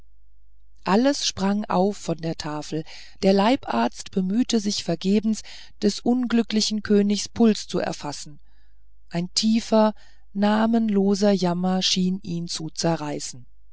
alles sprang auf von der tafel der leibarzt bemühte sich vergebens des unglücklichen königs puls zu erfassen ein tiefer namenloser jammer schien ihn zu zerreißen